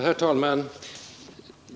Herr talman!